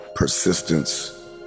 Persistence